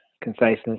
conciseness